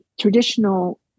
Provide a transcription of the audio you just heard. traditional